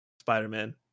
Spider-Man